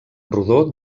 rodó